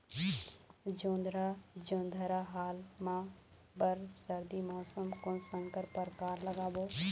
जोंधरा जोन्धरा हाल मा बर सर्दी मौसम कोन संकर परकार लगाबो?